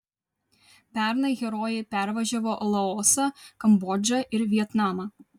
pernai herojai pervažiavo laosą kambodžą ir vietnamą